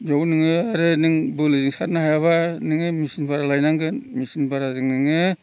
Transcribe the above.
बेयाव नोङो आरो नों बोलोजों सारनो हायाब्ला नोङो मेचिन भारा लायनांगोन मेचिन भाराजों नोङो